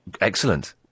Excellent